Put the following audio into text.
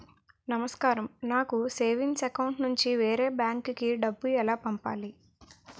నమస్కారం నాకు savings account నుంచి వేరే బ్యాంక్ కి డబ్బు ఎలా పంపాలి?